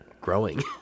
growing